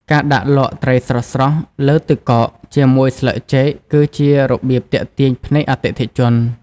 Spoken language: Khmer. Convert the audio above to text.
ការដាក់លក់ ត្រីស្រស់ៗលើទឹកកកជាមួយស្លឹកចេកគឺជារបៀបទាក់ទាញភ្នែកអតិថិជន។